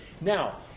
Now